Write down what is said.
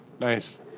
Nice